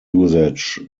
usage